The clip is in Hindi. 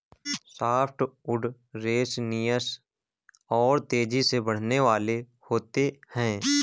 सॉफ्टवुड रेसनियस और तेजी से बढ़ने वाले होते हैं